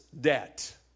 debt